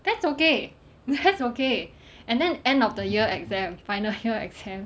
that's okay that's okay and then end of the year exam final year exam